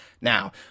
Now